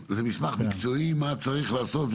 זה מסמך מקצועי שאומר מה צריך לעשות?